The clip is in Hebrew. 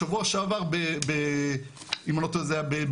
שבוע שעבר אם אני לא טועה זה היה בתראבין,